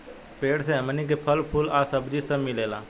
पेड़ से हमनी के फल, फूल आ सब्जी सब मिलेला